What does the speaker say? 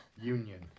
Union